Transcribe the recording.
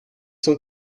cent